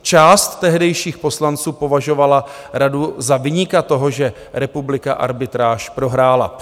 Část tehdejších poslanců považovala Radu za viníka toho, že republika arbitráž prohrála.